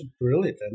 Brilliant